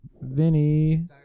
Vinny